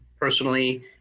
personally—